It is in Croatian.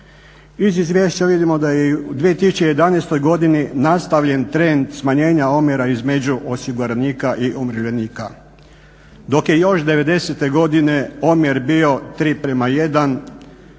Iz izvješća vidimo da je i u 2011. godini nastavljen trend smanjenja omjera između osiguranika i umirovljenika, dok je još 90. godine omjer bio 3 prema 1,